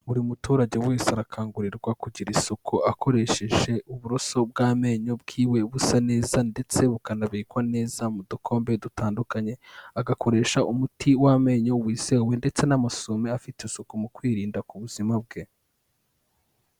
Buri muturage wese arakangurirwa kugira isuku akoresheje uburoso bw'amenyo bwiwe busa neza ndetse bukanabikwa neza mu dukombe dutandukanye, agakoresha umuti w'amenyo wizewe ndetse n'amasume afite isuku mu kwirinda ku buzima bwe.